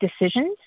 decisions